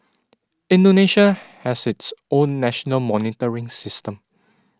Indonesia has its own national monitoring system